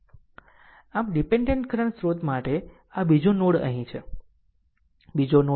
આમ dependent current સ્રોત માટે આ બીજું નોડ અહીં છે બીજો નોડ અહીં છે